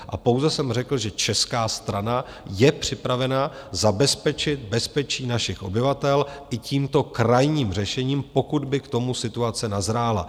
A pouze jsem řekl, že česká strana je připravena zabezpečit bezpečí našich obyvatel i tímto krajním řešením, pokud by k tomu situace nazrála.